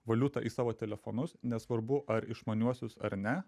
valiutą į savo telefonus nesvarbu ar išmaniuosius ar ne